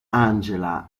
angela